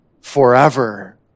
forever